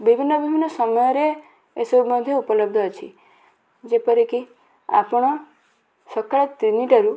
ବିଭିନ୍ନ ବିଭିନ୍ନ ସମୟରେ ଏସବୁ ମଧ୍ୟ ଉପଲବ୍ଧ ଅଛି ଯେପରିକି ଆପଣ ସକାଳ ତିନିଟାରୁ